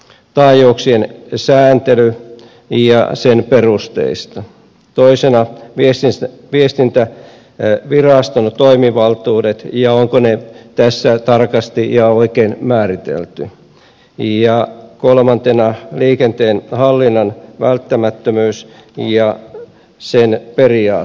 taajuuksien sääntely ja sen perusteet toisena viestintäviraston toimivaltuudet ja se onko ne tässä tarkasti ja oikein määritelty ja kolmantena liikenteen hallinnan välttämättömyys ja sen periaatteet